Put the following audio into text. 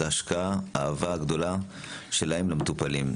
ההשקעה והאהבה הגדולה שלהם למטופלים.